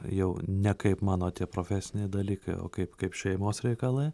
jau ne kaip mano tie profesiniai dalykai o kaip šeimos reikalai